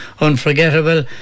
unforgettable